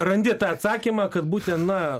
randi tą atsakymą kad būti na